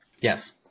Yes